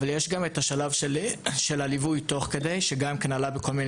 אבל יש גם את השלב של הליווי תוך כדי שגם עלה בכל מיני